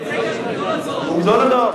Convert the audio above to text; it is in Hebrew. ממש גדול הדור.